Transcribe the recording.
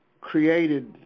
created